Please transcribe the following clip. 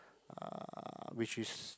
uh which is